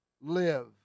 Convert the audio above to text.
Live